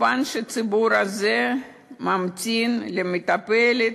הציבור הזה ממתין למטפלת,